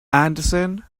anderson